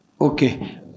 Okay